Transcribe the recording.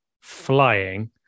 flying